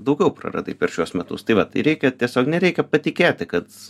daugiau praradai per šiuos metus tai va tai reikia tiesiog nereikia patikėti kad